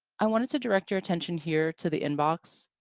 i wanted to direct your attention here to the inbox.